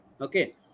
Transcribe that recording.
okay